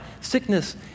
sickness